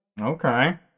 Okay